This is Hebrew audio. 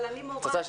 אבל אני מורה,